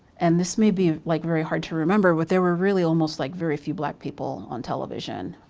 and this may be like very hard to remember, but there were really almost like very few black people on television.